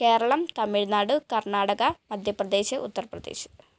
Keralam Tamil Nadu Karnataka Madhya Pradesh Uttar Pradesh